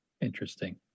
Interesting